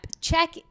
check